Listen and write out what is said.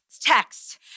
text